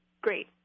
great